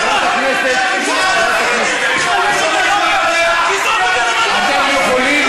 חברת הכנסת, תזרוק אותה, אתם יכולים,